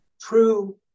true